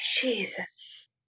Jesus